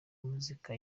muzika